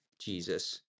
Jesus